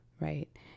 right